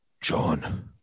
John